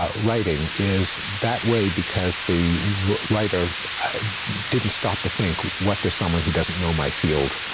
ah writing is that way because the writer didn't stop to think what does someone who doesn't know my field